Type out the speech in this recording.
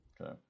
okay